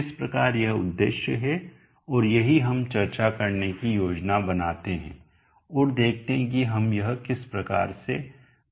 इस प्रकार यह उद्देश्य है और यही हम चर्चा करने की योजना बनाते हैं और देखते हैं कि हम यह किस प्रकार से करते हैं